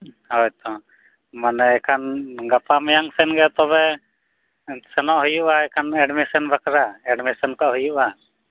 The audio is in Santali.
ᱦᱳᱭ ᱛᱚ ᱢᱟᱱᱮ ᱮᱱᱠᱷᱟᱱ ᱜᱟᱯᱟ ᱢᱮᱭᱟᱝ ᱥᱮᱱᱜᱮ ᱛᱚᱵᱮ ᱥᱮᱱᱚᱜ ᱦᱩᱭᱩᱜᱼᱟ ᱮᱱᱠᱷᱟᱱ ᱮᱰᱢᱤᱥᱚᱱ ᱵᱟᱠᱷᱨᱟ ᱮᱰᱢᱤᱥᱚᱱᱛᱚ ᱦᱩᱭᱩᱜᱼᱟ